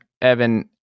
Evan